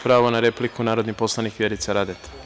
Pravo na repliku, narodni poslanik Vjerica Radeta.